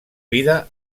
vida